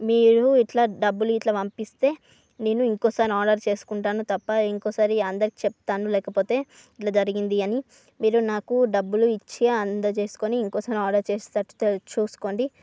మీరు ఇట్లా డబ్బులు ఇట్లా పంపిస్తే నేను ఇంకోసారి ఆర్డర్ చేసుకుంటాను తప్ప ఇంకోసారి అందరు చెప్తాను లేకపోతే ఇలా జరిగింది అని మీరు నాకు డబ్బులు ఇచ్చి అందజేసుకొని ఇంకోసారి ఆర్డర్ చేసేటట్టు తే చూసుకోండి